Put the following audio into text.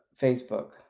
facebook